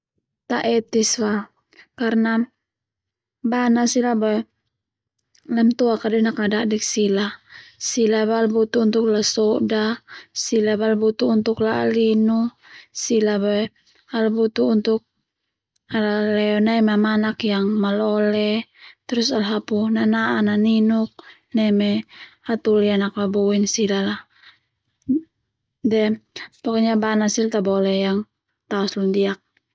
Ta etis fa karna bana sila boe lamatuak de nakdadik sila sila boe ala butuh untuk lasoda sila boe ala butuh untuk la'a linu sila boe ala butuh ala leo nai mamanak yang malole terus ala hapu nana'ak naninuk neme hatoli yang lakbaboi sila lah de bana sila tabole yang taos londiak.